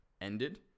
ended